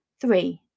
Three